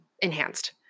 enhanced